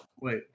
Wait